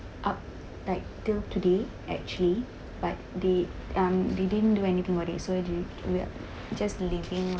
up like till today actually but they um they didn't do anything about it so they we're just living lah